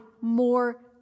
more